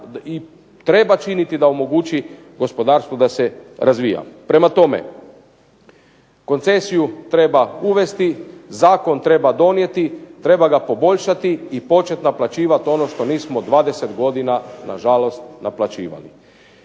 i treba činiti da omogući gospodarstvu da se razvija. Prema tome, koncesiju treba uvesti, zakon treba donijeti, treba ga poboljšati i počet naplaćivat ono što nismo 20 godina na žalost naplaćivali.